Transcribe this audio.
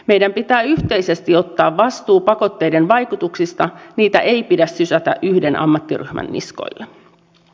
meidän pitää yhteisesti ottaa vastuu pakotteiden vaikutuksista niitä ei pidä sysätä yhden ammattiryhmän niskoille